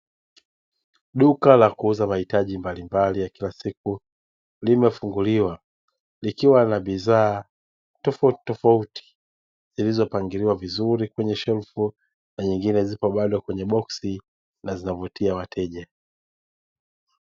Duka la kuuza mahitaji mbalimbali ya kila siku, limefunguliwa likiwa na bidhaa tofautitofauti zilizopangiliwa vizuri kwenye shelfu na nyingine zipo bado kwenye boksi na zinavutia wateja.